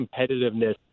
competitiveness